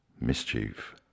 mischief